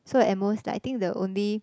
so at most like I think the only